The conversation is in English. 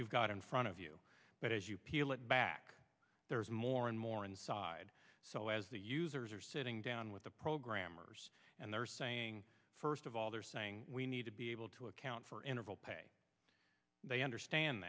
you've got in front of you but as you peel it back there's more and more inside so as the users are sitting down with the programmers and they're saying first of all they're saying we need to be able to account for interval pay they understand